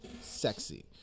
sexy